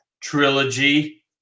trilogy